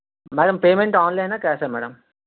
madam payment online ఆ cash ఆ madam